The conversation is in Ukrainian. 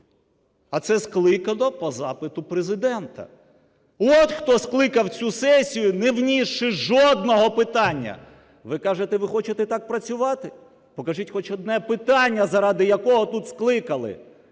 А це скликано по запиту Президента. От, хто скликав цю сесію, не внісши жодного питання. Ви кажете, ви хочете так працювати, покажіть хоч одне питання, заради якого тут скликали,